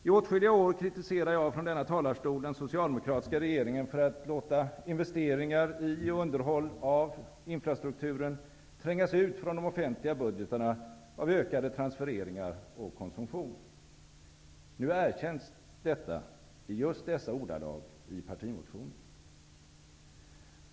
I åtskilliga år kritiserade jag från denna talarstol den socialdemokratiska regeringen för att låta investeringar i och underhåll av infrastrukturen trängas ut från de offentliga budgetarna av ökade transfereringar och konsumtion. Nu erkänns detta i just dessa ordalag i partimotionen.